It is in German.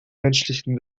menschlichen